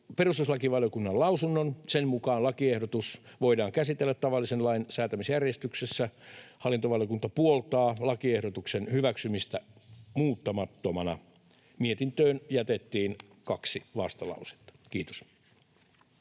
perustuslakivaliokunnan lausunnon. Sen mukaan lakiehdotus voidaan käsitellä tavallisen lain säätämisjärjestyksessä. Hallintovaliokunta puoltaa lakiehdotuksen hyväksymistä muuttamattomana. Mietintöön jätettiin kaksi vastalausetta. — Kiitos.